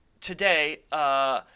today –